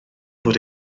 fod